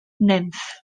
nymff